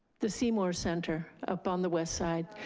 the seymour center up on the west side.